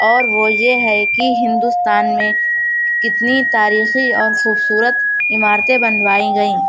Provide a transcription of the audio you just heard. اور وہ یہ ہے کہ ہندوستان میں کتنی تاریخی اور خوبصورت عمارتیں بنوائی گئیں